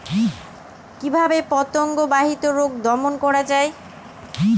কিভাবে পতঙ্গ বাহিত রোগ দমন করা যায়?